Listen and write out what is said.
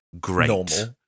great